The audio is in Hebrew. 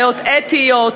בעיות אתיות,